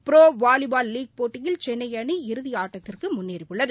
bro volleyball league போட்டியில் சென்னை அணி இறுதி ஆட்டத்திற்கு முன்னேறியுள்ளது